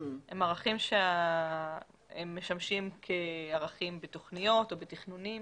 הם ערכים שמשמשים כערכים בתוכניות או בתכנונים.